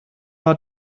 hat